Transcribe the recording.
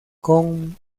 con